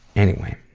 anyway.